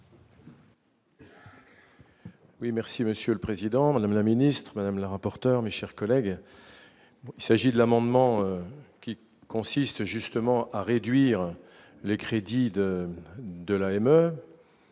Oui, merci Monsieur le Président, Madame la ministre Madame la rapporteure mais, chers collègues, il s'agit de l'amendement qui consiste justement à réduire les crédits de de